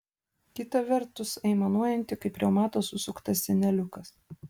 kita vertus aimanuojanti kaip reumato susuktas seneliukas